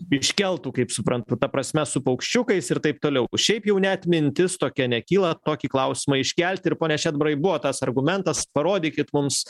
iškeltų kaip suprantu ta prasme su paukščiukais ir taip toliau šiaip jau net mintis tokia nekyla tokį klausimą iškelti ir pone šedbarai buvo tas argumentas parodykit mums